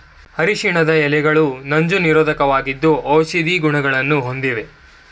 ಅರಿಶಿಣದ ಎಲೆಗಳು ನಂಜು ನಿರೋಧಕವಾಗಿದ್ದು ಔಷಧೀಯ ಗುಣಗಳನ್ನು ಹೊಂದಿವೆ